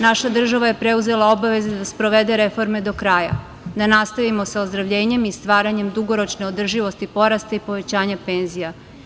Naša država je preuzela obaveze da sprovede reforme do kraja, da nastavimo sa ozdravljenjem i stvaranjem dugoročne održivosti porasta i povećanja penzija.